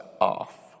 off